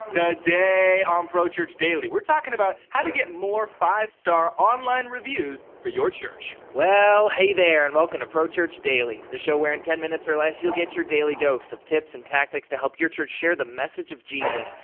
today on um pro church daily, we're talking about how to get more five star online reviews for your church. well hey there, and welcome to pro church daily, the show where in ten minutes or less, you'll get your daily dose of tips and tactics to help your church share the message of jesus,